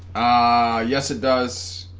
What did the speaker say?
ah yes it does